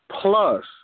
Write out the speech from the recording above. plus